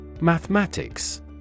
Mathematics